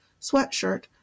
sweatshirt